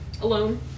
alone